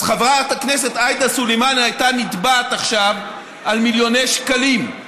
אז חברת הכנסת עאידה סלימאן הייתה נתבעת עכשיו על מיליוני שקלים.